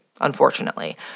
unfortunately